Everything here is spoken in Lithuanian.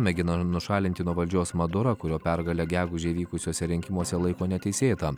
mėgino nušalinti nuo valdžios madurą kurio pergalę gegužę įvykusiuose rinkimuose laiko neteisėta